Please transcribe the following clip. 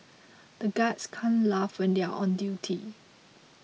the guards can't laugh when they are on duty